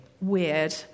weird